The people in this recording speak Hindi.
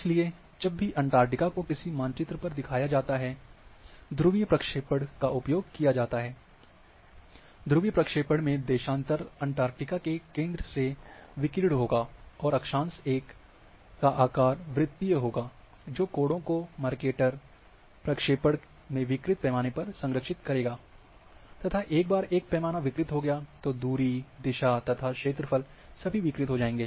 इसलिए जब भी अंटार्कटिका को किसी मानचित्र पर दिखाया जाता है ध्रुवीय प्रक्षेपण का उपयोग किया जाता है ध्रुवीय प्रक्षेपण में देशांतर अंटार्कटिका के केंद्र से विकीर्ण होगा और अक्षांश का आकार वृत्तिय होगा जो कोणों को मर्केटर प्रक्षेपण में विकृत पैमाने पर संरक्षित करेगा तथा एक बार एक पैमाना विकृत हो गया तो दूरी दिशा तथा क्षेत्र फल सभी विकृत हो जाएँगे